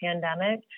pandemic